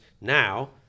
now